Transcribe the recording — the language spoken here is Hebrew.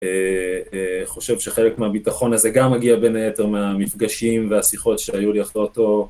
אה... אה... חושב שחלק מהביטחון הזה גם מגיע בין היתר מהמפגשים והשיחות שהיו לי אחרי אותו